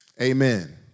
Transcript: amen